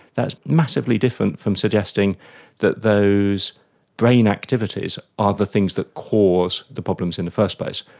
that's massively different from suggesting that those brain activities are the things that cause the problems in the first place.